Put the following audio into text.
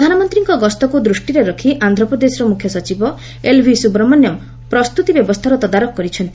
ପ୍ରଧାନମନ୍ତ୍ରୀଙ୍କ ଗସ୍ତକୁ ଦୃଷ୍ଟିରେ ରଖି ଆନ୍ଧ୍ରପ୍ରଦେଶର ମୁଖ୍ୟ ସଚିବ ଏଲ୍ଭି ସୁବ୍ରମଣ୍ୟମ୍ ପ୍ରସ୍ତୁତି ବ୍ୟବସ୍ଥାର ତଦାରଖ କରିଛନ୍ତି